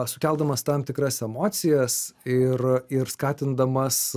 sukeldamas tam tikras emocijas ir ir skatindamas